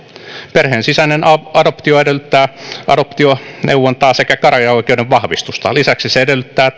perheen sisäinen adoptio edellyttää adoptioneuvontaa sekä käräjäoikeuden vahvistusta lisäksi se edellyttää